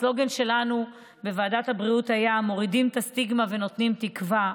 הסלוגן שלנו בוועדת הבריאות היה: מורידים את הסטיגמה ונותנים תקווה.